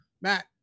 Matt